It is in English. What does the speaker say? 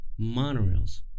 monorails